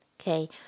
okay